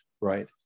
right